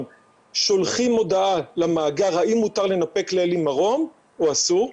שולחים הודעה למאגר האם מותר לנפק לאלי מרום או אסור,